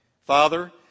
Father